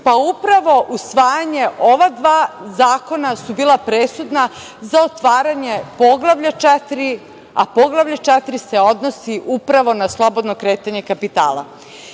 Upravo usvajanjem ova dva zakona su bila presudna za otvaranje Poglavlja 4, a Poglavlje 4 se odnosi upravo na slobodno kretanje kapitala. Inače